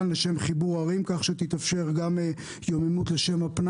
לשם חיבור ערים כך שתתאפשר גם לשם הפנאי.